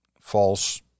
false